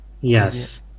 Yes